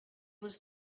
was